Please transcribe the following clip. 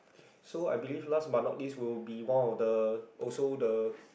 so I believe last but not least will be one of the also the